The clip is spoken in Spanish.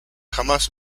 jamás